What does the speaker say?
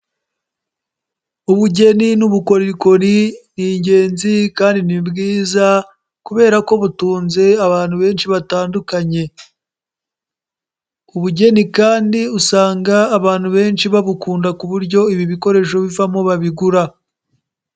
Ubugeni n'ubukorikori ni ingenzi kandi ni bwiza kubera ko butunze abantu benshi batandukanye, ubugeni kandi usanga abantu benshi babukunda ku buryo ibi bikoresho bivamo babigura.